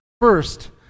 first